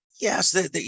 Yes